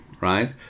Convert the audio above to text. right